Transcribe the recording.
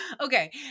Okay